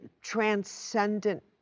transcendent